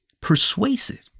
persuasive